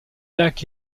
lacs